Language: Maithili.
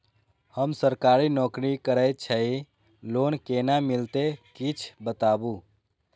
हम सरकारी नौकरी करै छी लोन केना मिलते कीछ बताबु?